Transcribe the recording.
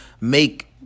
make